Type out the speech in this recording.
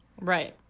Right